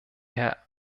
herr